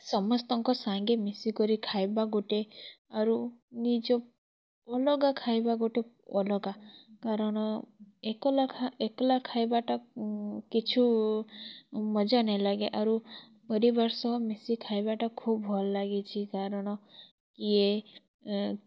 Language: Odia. ସମସ୍ତଙ୍କ ସାଙ୍ଗେ ମିଶି କରି ଖାଇବା ଗୋଟେ ଆରୁ ନିଜ ଅଲଗା ଖାଇବା ଗୋଟେ ଅଲଗା କାରଣ ଏକଲା ଖାଇବାଟା କିଛି ମଜା ନେଇ ଲାଗେ ଆରୁ ପରିବାର ସହ ମିଶି ଖାଇବାଟା ଖୁବ୍ ଭଲ ଲାଗିଛି କାରଣ କିଏ